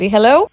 Hello